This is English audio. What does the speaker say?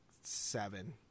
seven